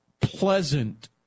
pleasant